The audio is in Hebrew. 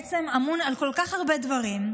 אמון על כל כך הרבה דברים,